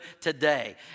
today